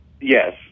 yes